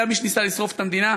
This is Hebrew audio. היה מי שניסה לשרוף את המדינה.